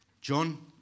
John